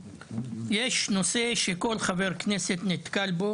יש נושא שכל חבר כנסת נתקל בו